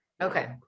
Okay